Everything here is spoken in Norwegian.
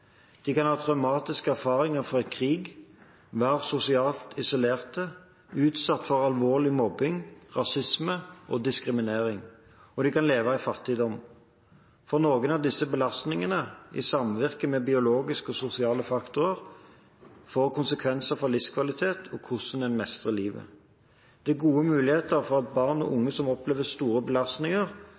De kan ha traumatiske erfaringer fra krig, være sosialt isolerte, utsatt for alvorlig mobbing, rasisme og diskriminering, og de kan leve i fattigdom. For noen har disse belastningene, i samvirke med biologiske og sosiale faktorer, konsekvenser for livskvalitet og hvordan de mestrer livet. Det er gode muligheter for at barn og unge som opplever store belastninger,